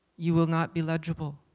you will not be legible.